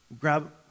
grab